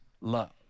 love